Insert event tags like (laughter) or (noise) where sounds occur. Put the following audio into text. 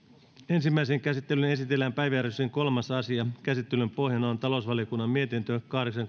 ensimmäiseen käsittelyyn esitellään päiväjärjestyksen kolmas asia käsittelyn pohjana on talousvaliokunnan mietintö kahdeksan (unintelligible)